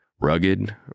Rugged